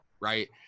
Right